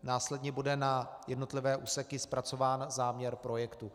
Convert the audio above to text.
Následně bude na jednotlivé úseky zpracován záměr projektu.